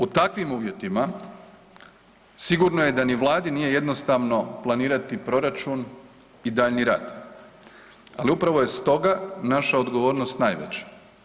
U takvim uvjetima sigurno je da ni vladi nije jednostavno planirati proračun i daljnji rad, ali upravo je stoga naša odgovornost najveća.